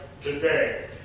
today